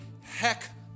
heck